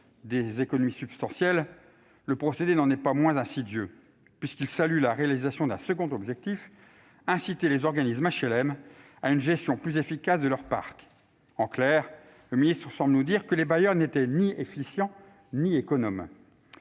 des économies substantielles, le procédé n'en est pas moins insidieux, puisqu'il salue la réalisation d'un second objectif : inciter les organismes HLM à une gestion plus efficace de leur parc. En clair, le ministre semble nous dire que les bailleurs n'étaient ni efficaces ni économes.